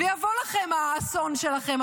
ויבוא לכם האסון שלכם,